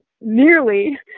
nearly